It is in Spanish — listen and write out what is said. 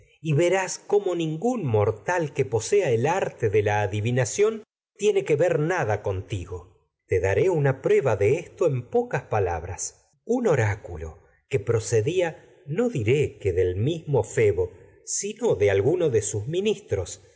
y de la verás cómo ningún mortal tiene que el arte adivinación ver nada contigo te daré una prueba de esto en pocas palabras un oráculo de que procedía no diré que del mismo febo sino su alguno de sus ministros